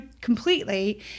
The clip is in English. completely